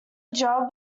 job